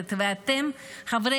חברי